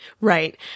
Right